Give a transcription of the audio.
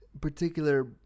particular